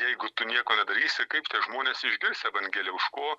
jeigu tu nieko nedarysi kaip tie žmonės išgirs evangeliją už ko